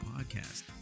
podcast